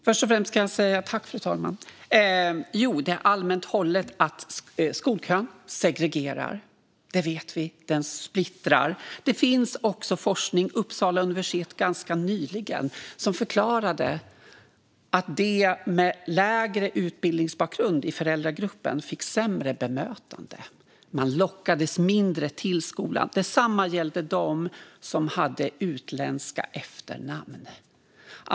Fru talman! Först och främst kan jag, allmänt hållet, säga att skolkön segregerar; det vet vi. Den splittrar. Det finns också forskning från Uppsala universitet, från ganska nyligen, som har förklarat att de med lägre utbildningsbakgrund i föräldragruppen fått sämre bemötande och lockats mindre till skolan. Detsamma gällde dem med utländska efternamn.